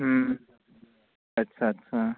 ਹਮ ਅੱਛਾ ਅੱਛਾ